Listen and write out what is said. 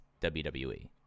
WWE